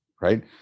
right